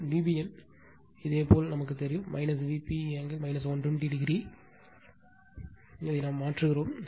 மற்றும் Vbn இதேபோல் தெரியும் Vpஆங்கிள் 120 o இங்கே நாம் மாற்றுகிறோம்